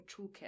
toolkit